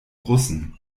russen